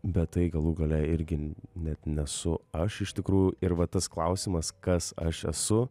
bet tai galų gale irgi net nesu aš iš tikrųjų ir va tas klausimas kas aš esu